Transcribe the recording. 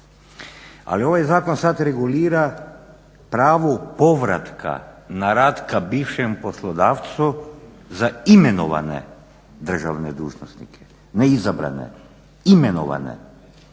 Ali ovaj zakon sad regulira pravo povratka na rad ka bivšem poslodavcu za imenovane državne dužnosnike, ne izabrane, imenovane.